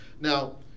Now